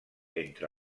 entre